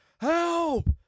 help